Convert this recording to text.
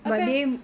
I can